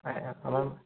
এই আমাৰ